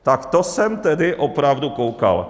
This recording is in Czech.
Tak to jsem tedy opravdu koukal.